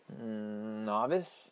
novice